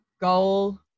Goal